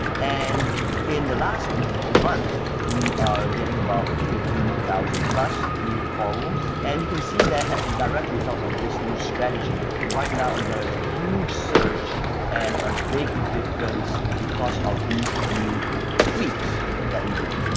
and in the last month, we are getting about fifty thousand plus new followers. and you can see that as a direct result of this new strategy, right now there's a huge surge and a big difference because of these few tweaks that we did.